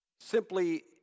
simply